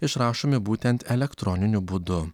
išrašomi būtent elektroniniu būdu